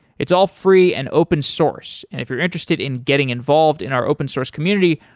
it's all free and open-source, and if you're interested in getting involved in our open source community,